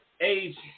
age